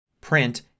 Print